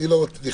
אני לא נכנס.